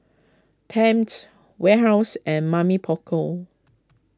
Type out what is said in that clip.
Tempt Warehouse and Mamy Poko